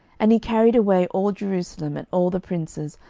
and he carried away all jerusalem, and all the princes,